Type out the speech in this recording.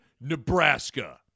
Nebraska